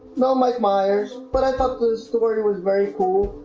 no mike meyers, but i thought this story was very cool.